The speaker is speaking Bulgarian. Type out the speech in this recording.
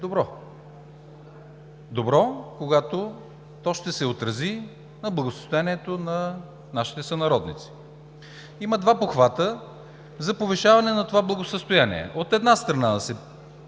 добро – добро, когато то ще се отрази на благосъстоянието на нашите сънародници. Има два похвата за повишаване на това благосъстояние. От една страна, да се